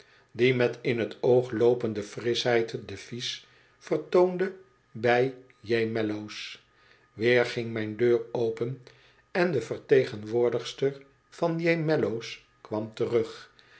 die met in t oog loopende frischheid het devies vertoonde bij j mellows weer ging mijn deur open en de vertegenwoordigster van j mellows kwam terug